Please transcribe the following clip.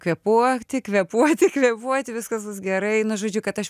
kvėpuoti kvėpuoti kvėpuoti viskas bus gerai nu žodžiu kad aš